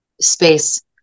space